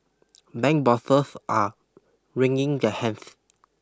bank bosses are wringing their hands